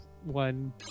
one